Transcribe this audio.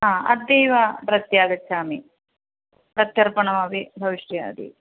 हा अद्यैव प्रत्यागच्छामि प्रत्यर्पणमपि भविष्यति